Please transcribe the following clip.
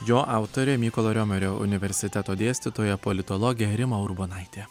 jo autorė mykolo riomerio universiteto dėstytoja politologė rima urbonaitė